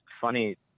funny